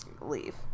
leave